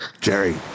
Jerry